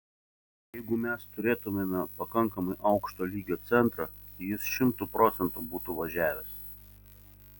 jeigu mes turėtumėme pakankamai aukšto lygio centrą jis šimtu procentų būtų važiavęs